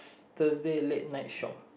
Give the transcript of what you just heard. Thursday late night shop